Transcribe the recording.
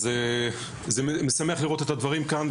אז זה משמח לראות את הדברים כאן,